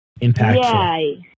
impactful